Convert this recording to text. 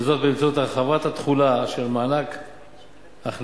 וזאת באמצעות הרחבת התחולה של מענק הכנסה,